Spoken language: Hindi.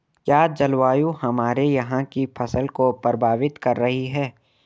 क्या जलवायु हमारे यहाँ की फसल को प्रभावित कर रही है?